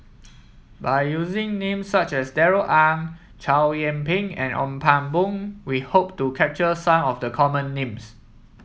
by using names such as Darrell Ang Chow Yian Ping and Ong Pang Boon we hope to capture some of the common names